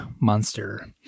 monster